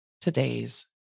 today's